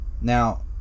Now